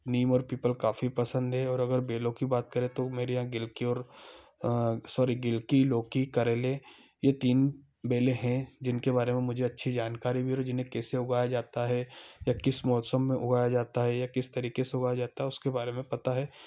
नीम और पीपल काफी पसंद हैं और अगर बेलों की बात करें तो मेरे यहाँ गिलकी और सॉरी गिलकी लौकी करेले ये तीन बेले हैं जिनके बारे में मुझे अच्छी जानकारी भी है और जिन्हें कैसे उगाया जाता है या किस मौसम में उगाया जाता है या किस तरीके से उगाया जाता है उसके बारे में पता है